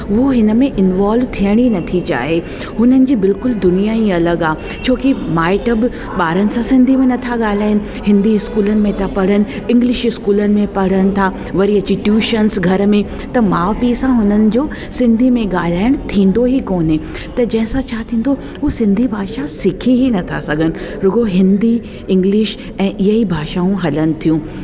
उहे हिन में इंवॉल्व थियण ई नथी चाहे हुननि जी बिल्कुल दुनिया ई अलॻि आहे छोकी माइट ई ॿारन सां सिंधी में न था ॻाल्हाइन हिंदी स्कूलन में था पढ़न इंग्लिश स्कूलन में पढ़नि था वरी अची ट्यूशन्स घर में त माउ पीउ सां हुननि जो सिंधी में ॻाल्हाइण थींदो ई कोन्हे त जंहिंसा छा थींदो उहे सिंधी भाषा सिखी ई नथा सघनि रुगो हिंदी इंग्लिश ऐं इअ ई भाषाऊं हलनि थियूं